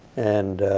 and